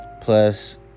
Plus